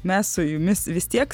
mes su jumis vis tiek